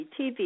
TV